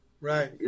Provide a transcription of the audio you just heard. Right